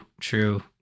true